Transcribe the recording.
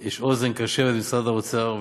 יש אוזן קשבת במשרד האוצר,